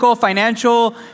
Financial